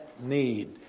need